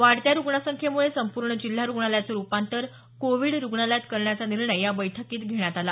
वाढत्या रुग्णसंख्येमुळे संपूर्ण जिल्हा रुग्णालयाचं रुपांतर कोवीड रुग्णालयात करण्याचा निर्णय या बैठकीत घेण्यात आला